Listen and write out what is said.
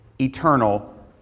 eternal